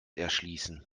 erschließen